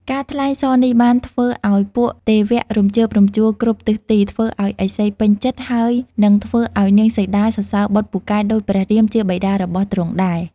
ការថ្លែងសរនេះបានធ្វើឱ្យពួកទេវៈរំជើបរំជួលគ្រប់ទិសទីធ្វើឱ្យឥសីពេញចិត្ត ហើយនិងធ្វើឱ្យនាងសីតាសរសើរបុត្រពូកែដូចព្រះរាមជាបិតារបស់ទ្រង់ដែរ។